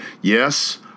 Yes